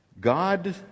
God